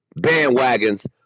bandwagons